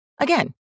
Again